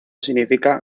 significa